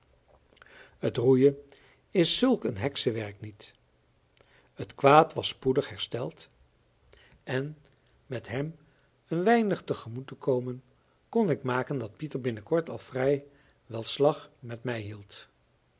het roeien is zulk een heksewerk niet het kwaad was spoedig hersteld en met hem een weinig te gemoet te komen kon ik maken dat pieter binnenkort al vrij wel slag met mij hield